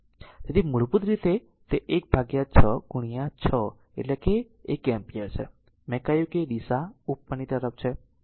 તેથી મૂળભૂત રીતે આ 1 6 6 હશે જે r 1 એમ્પીયર છે અને મેં કહ્યું કે દિશા ઉપરની તરફ છે